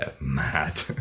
mad